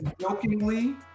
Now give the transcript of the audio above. Jokingly